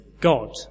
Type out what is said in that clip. God